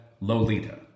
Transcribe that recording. Lolita